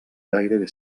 gairebé